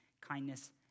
kindness